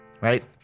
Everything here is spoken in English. Right